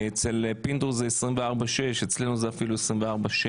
אצל פינדרוס זה 24/6, אצלנו זה אפילו 24/7,